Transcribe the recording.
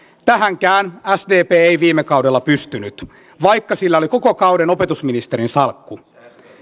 tähänkään sdp ei viime kaudella pystynyt vaikka sillä oli koko kauden opetusministerin salkku